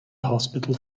hospital